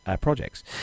projects